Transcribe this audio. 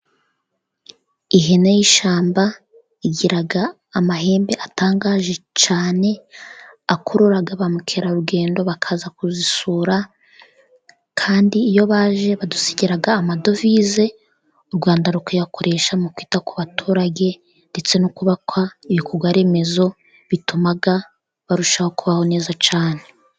Ihene y'ishyamba, igira amahembe atangaje cyane, akurura ba mukerarugendo, bakaza kuzisura kandi iyo baje badusigira amadovize, u Rwanda rukayakoresha mu kwita ku baturage, ndetse no kubaka ibikorwa remezo, bituma barushaho kubaho neza cyane.